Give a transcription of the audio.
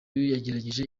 yagerageje